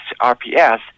RPS